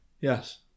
Yes